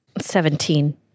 Seventeen